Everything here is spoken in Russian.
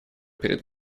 перед